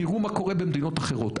תראו מה קורה במדינות אחרות.